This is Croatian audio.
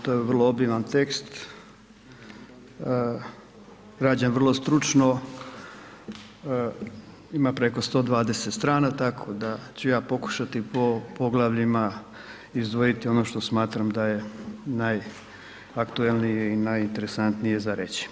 To je vrlo obiman tekst, rađen vrlo stručno, ima preko 120 strana tako da ću ja pokušati po poglavljima izdvojiti ono što smatram da je najaktualnije i najinteresantnije za reći.